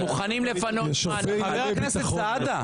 הם מוכנים לפנות זמן --- חבר הכנסת סעדה.